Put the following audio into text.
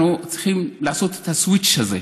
אנחנו צריכים לעשות את הסוויץ' הזה,